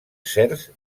certs